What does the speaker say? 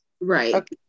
Right